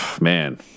man